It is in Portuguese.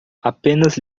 apenas